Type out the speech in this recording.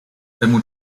temu